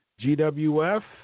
GWF